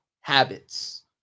habits